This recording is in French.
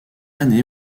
année